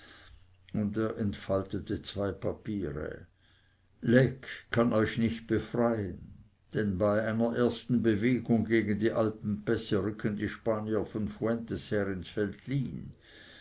und er entfaltete zwei papiere lecques kann euch nicht befreien denn bei seiner ersten bewegung gegen die alpenpässe rücken die spanier von fuentes her ins